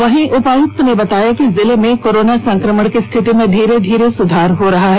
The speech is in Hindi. वहीं उपायुक्त ने बताया कि जिले में कोरोना संक्रमण की स्थिति में धीरे धीरे सुधार हो रहा है